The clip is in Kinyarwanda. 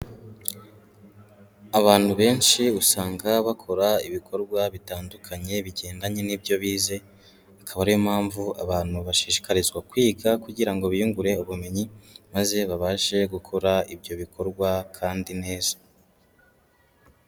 Abantu benshi usanga bakora ibikorwa bitandukanye bigendanye n'ibyo bize, akaba ariyo mpamvu abantu bashishikarizwa kwiga kugira ngo biyungure ubumenyi, maze babashe gukora ibyo bikorwa kandi neza.